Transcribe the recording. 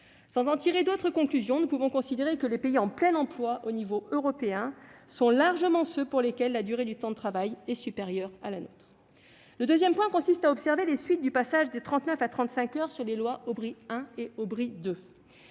Sans en tirer d'autres conclusions, nous pouvons considérer que les pays connaissant le plein emploi au niveau européen sont largement ceux dans lesquels le temps de travail est supérieur au nôtre. Le deuxième point consiste à observer les suites du passage de 39 heures à 35 heures prévu par les lois Aubry I et II.